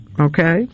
Okay